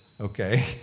okay